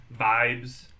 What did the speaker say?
vibes